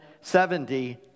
seventy